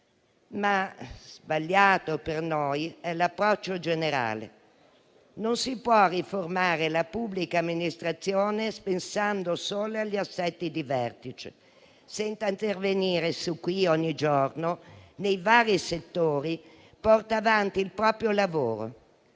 è sbagliato l'approccio generale. Non si può riformare la pubblica amministrazione pensando solo agli assetti di vertice, senza intervenire su chi ogni giorno, nei vari settori, porta avanti il proprio lavoro.